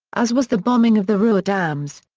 as was the bombing of the ruhr dams.